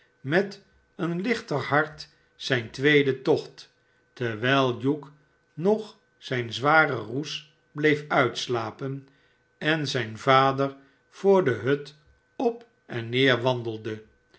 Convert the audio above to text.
met een lichter hart zijn tweeden tocht terwijl hugh nog zijn zwaren roes bleef uitslapen en zijn vader voor de hut op en neer wandelde